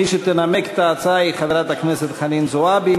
מי שתנמק את ההצעה היא חברת הכנסת חנין זועבי.